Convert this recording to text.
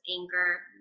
anger